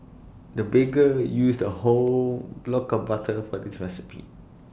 the baker used A whole block of butter for this recipe